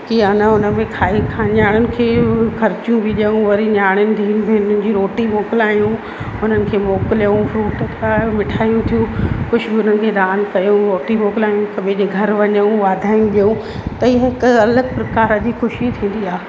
की आ न हुनमें खाई नियाणियुनि खे ख़रचीयूं बि ॾियूं वरी नियाणी धीउ भेनरुन जी रोटी मोकिलायूं उननि खे मोकिलियऊं फ्रूट त मिठायूं थियूं कुझु बि हुननि खे दान कयूं रोटी मोकिलायूं हिक ॿिए जे घर वञूं वाधायूं ॾियूं त हीअ हिक अलगि प्रकार जी ख़ुशी थींदी आहे